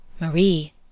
Marie